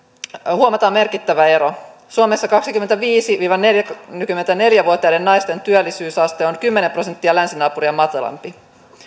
huomataan merkittävä ero suomessa kaksikymmentäviisi viiva neljäkymmentäneljä vuotiaiden naisten työllisyysaste on kymmenen prosenttia länsinaapuria matalampi